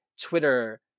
Twitter